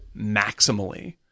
maximally